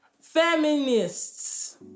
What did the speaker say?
feminists